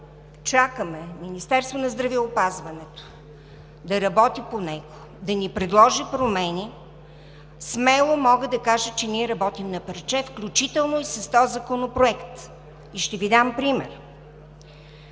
чакаме Министерството на здравеопазването да работи по него и да ни предложи промени, смело мога да кажа, че ние работим на парче, включително и с този законопроект, и ще Ви дам пример.